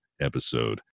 episode